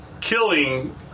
killing